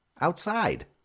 Outside